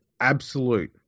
absolute